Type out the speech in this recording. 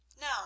Now